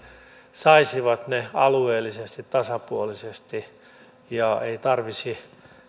saisivat ne alueellisesti tasapuolisesti ei tarvitsisi